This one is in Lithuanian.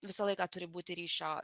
visą laiką turi būti ryšio